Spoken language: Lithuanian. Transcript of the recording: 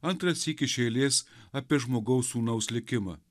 antrą sykį iš eilės apie žmogaus sūnaus likimą